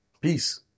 Peace